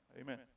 Amen